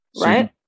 right